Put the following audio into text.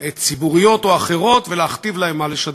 ציבוריות או אחרות ולהכתיב להן מה לשדר.